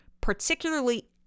particularly